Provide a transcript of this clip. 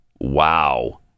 Wow